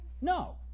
No